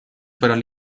fueron